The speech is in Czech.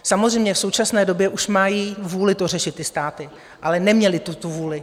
Samozřejmě v současné době už mají vůli to řešit ty státy, ale neměly tuto vůli.